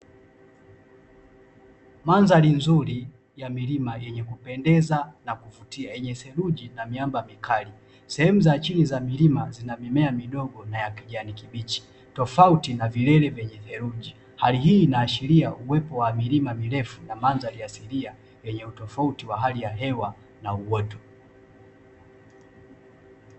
Mandhari nzuri ya milima yenye kupendeza na kuvutia yenye theluji na miamba mikali. Sehemu za chini za mlima zina mimea midogo na ya kijani kibichi tofauti na vilele vyenye dheluji. Hali hii inaashiria uwepo kwa milima mirefu na mandhari asilia yenye utofatuti wa hali ya hewa na uoto.